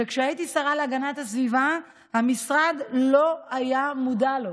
שכשהייתי השרה להגנת הסביבה המשרד לא היה מודע לו,